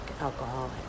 alcoholic